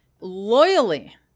loyally